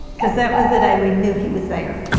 because that was the day we knew he was there.